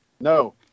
no